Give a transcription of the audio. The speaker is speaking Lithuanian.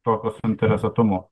tokio suinteresuotumo